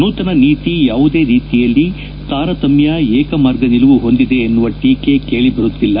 ನೂತನ ನೀತಿ ಯಾವುದೇ ರೀತಿಯಲ್ಲಿ ತಾರತಮ್ಯ ಏಕಮಾರ್ಗ ನಿಲುವು ಹೊಂದಿದೆ ಎನ್ನುವ ಟೀಕೆ ಕೇಳಿ ಬರುತ್ತಿಲ್ಲ